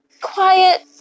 quiet